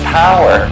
power